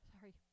Sorry